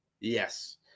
Yes